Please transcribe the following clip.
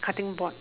cutting board